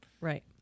Right